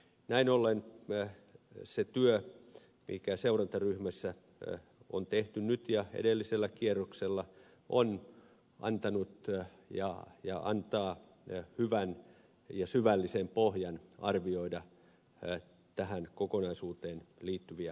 näin ollen se työ mikä seurantaryhmässä on tehty nyt ja edellisellä kierroksella on antanut ja antaa hyvän ja syvällisen pohjan arvioida tähän kokonaisuuteen liittyviä asioita